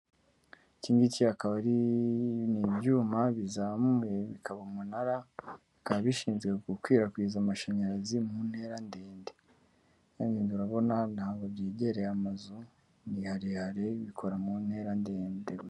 Iki ngiki akaba ari, n'ibyuma bizamuye bikaba umunara, bikaba bishinzwe gukwirakwiza amashanyarazi mu ntera ndende. Urabona ntabwo byegereye amazu, niharehare bikora mu ntera ndende.